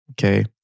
okay